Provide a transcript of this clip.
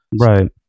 right